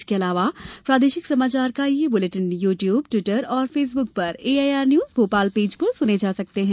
इसके अलावा प्रादेशिक समाचार बुलेटिन यू ट्यूब टिवटर और फेसबुक पर एआईआर न्यूज भोपाल पेज पर सुने जा सकते हैं